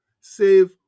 save